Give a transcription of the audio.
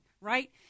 right